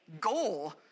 goal